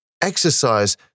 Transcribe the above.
exercise